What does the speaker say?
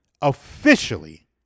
officially